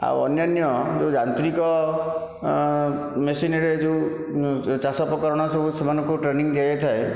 ଆଉ ଅନ୍ୟାନ୍ୟ ଯେଉଁ ଯାନ୍ତ୍ରିକ ମେସିନ୍ରେ ଯେଉଁ ଚାଷ ଉପକରଣ ସବୁ ସେମନଙ୍କୁ ଟ୍ରେନିଂ ଦିଆ ଯାଇଥାଏ